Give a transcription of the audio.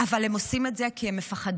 אבל הם עושים את זה כי הם מפחדים,